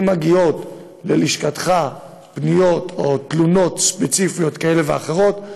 אם מגיעות ללשכתך פניות או תלונות ספציפיות כאלה ואחרות,